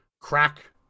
crack